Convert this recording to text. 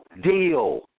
deal